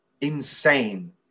insane